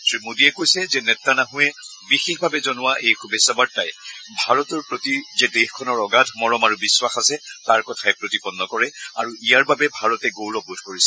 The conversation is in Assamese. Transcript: শ্ৰীমোডীয়ে কৈছে যে নেত্যানাছৱে বিশেষভাৱে জনোৱা এই শুভেচ্ছা বাৰ্তাই ভাৰতৰ প্ৰতি যে দেশখনৰ অগাধ মৰম আৰু বিখাস আছে তাৰ কথাকেই প্ৰতিপন্ন কৰে আৰু ইয়াৰ বাবে ভাৰতে গৌৰৱবোধ কৰিছে